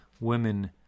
women